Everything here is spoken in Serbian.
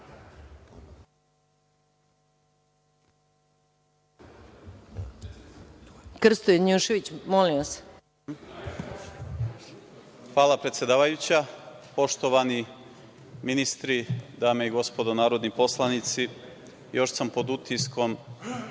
Hvala, predsedavajuća. Poštovani ministri, dame i gospodo narodni poslanici, još sam pod utiskom